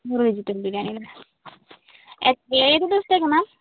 നൂറ് വെജിറ്റബിൾ ബിരിയാണി അല്ലെ ഏത് ദിവസത്തേക്കാണ് മാം